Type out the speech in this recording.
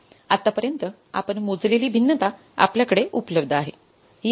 आतापर्यन्त आपण मोजलेली भिन्नता आपल्याकडे उपलब्ध आहे